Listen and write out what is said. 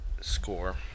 score